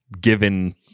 given